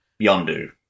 Yondu